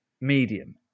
medium